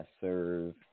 serve